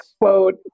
quote